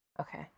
Okay